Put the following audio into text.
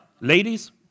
Ladies